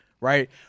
Right